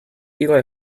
eli